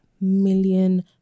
million